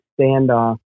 standoff